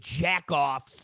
jack-offs